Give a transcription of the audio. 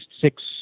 six